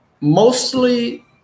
mostly